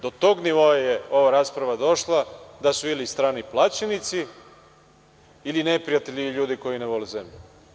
Do tog nivoa je ova rasprava došla da su ili strani plaćenici ili neprijateljiili ljudi koji ne vole zemlju.